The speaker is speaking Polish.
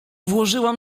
włożyłam